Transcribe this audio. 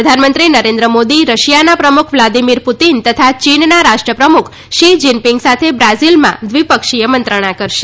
પ્રધાનમંત્રી નરેન્દ્ર મોદી રશિયાના પ્રમુખ વ્લાદીમીર પુતીન તથા ચીનના રાષ્ટ્રપ્રમુખ શી જીનપીંગ સાથે બ્રાઝીલમાં દ્વિપક્ષીય મંત્રણા કરશે